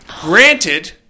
Granted